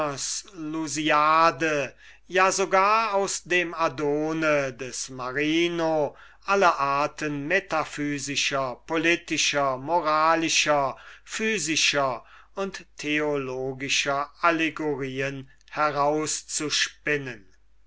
ja sogar aus dem adone des marino alle arten von metaphysischer politischer moralischer physikalischer und theologischer allegorien